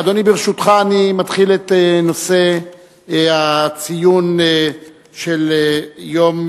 אדוני, ברשותך, אני מתחיל את נושא הציון של יום